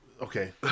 Okay